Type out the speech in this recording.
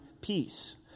peace